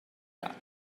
that